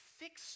fix